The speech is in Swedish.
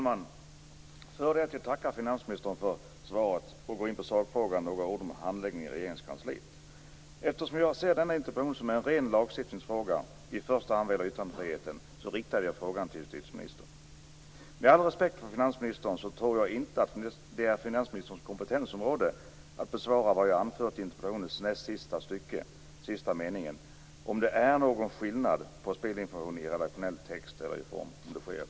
Fru talman! Innan jag tackar finansministern för svaret och går in på sakfrågan vill jag säga några ord om handläggningen i Regeringskansliet. Eftersom jag ser denna interpellation som en ren lagstiftningsfråga i första hand vad gäller yttrandefriheten riktade jag frågan till justitieministern. Med all respekt för finansministern tror jag inte att det är finansministerns kompetensområde att besvara vad jag anfört i interpellationens näst sista stycke sista meningen om det är någon skillnad på spelinformation i redaktionell text eller i form av annons.